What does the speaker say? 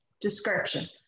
description